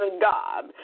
God